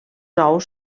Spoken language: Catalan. ous